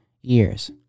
years